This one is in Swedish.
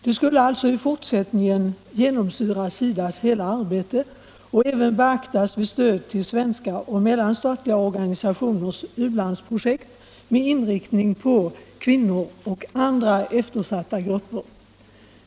Detta skulle alltså i fortsättningen genomsyra SIDA:s hela arbete och även beaktas vid stöd till svenska och mellanstatliga organisationers ulandsprojekt med inriktning på ”kvinnor och andra eftersatta grupper”.